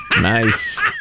Nice